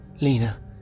Lena